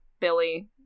Billy